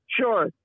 Sure